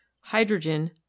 hydrogen